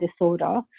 disorder